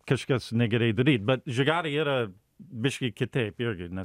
kažkas negerai daryt bet žigarė yra biškį kitaip irgi nes